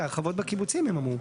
להרחבות בקיבוצים הם אמרו.